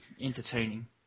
entertaining